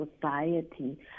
society